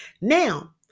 now